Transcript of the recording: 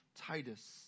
Titus